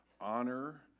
honor